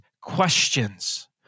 questions